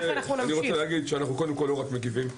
אני רוצה להגיד שאנחנו לא רק מגיבים,